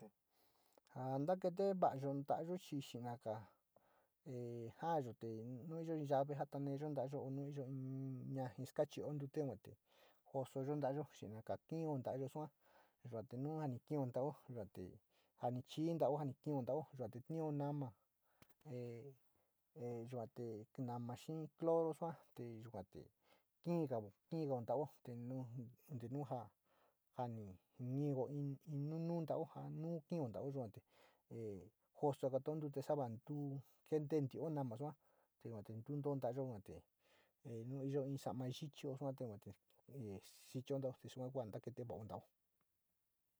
Ja nakate va´ayo nta´ayo sina´aga te jaayo te nu yo in llave jataniyo nta´ayo nu iyo in yaji chio ntute te jasayo yuate e ar chiili tao e ni kiko yuo te kiko inno o kiko itto nama na kiko sua te yukar te kiigao, kiigao too te, te nu far e kiigo sua te kiigo kiigao, kiigao too yua te ja sa´ama chio sua te si ichio tao sua kua naketeeo va´ao ntao.